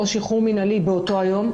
או שחרור מינהלי באותו היום,